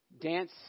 dance